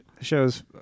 show's